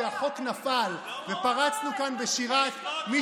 לא פוגעים בעם ישראל בחודש אדר.